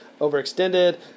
overextended